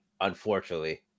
unfortunately